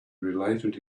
related